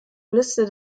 liste